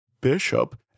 bishop